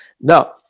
Now